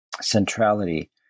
centrality